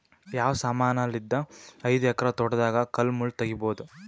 ಯಾವ ಸಮಾನಲಿದ್ದ ಐದು ಎಕರ ತೋಟದಾಗ ಕಲ್ ಮುಳ್ ತಗಿಬೊದ?